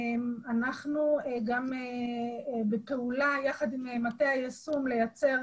אנחנו בפעולה יחד עם מטה היישום לייצר